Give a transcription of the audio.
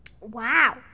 Wow